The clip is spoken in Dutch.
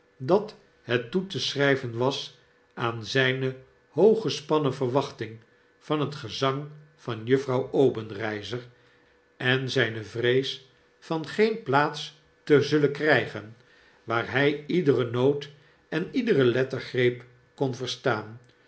dat het toe te schry ven was aan zijne hooggespannen verwachting van het gezang van juffrouw obenreizer en zijne vrees van geen plaats te zullen krijgen waar hij iedere noot en iedere lettergreep kon verstaan